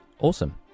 Awesome